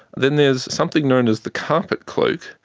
then there is something known as the carpet cloak,